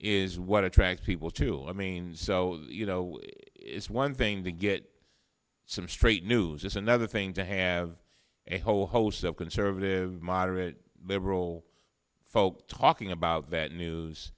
is what i track people too i mean so you know it's one thing to get some straight news it's another thing to have a whole host of conservative moderate liberal folks talking about that news